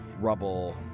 rubble